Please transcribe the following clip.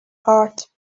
heart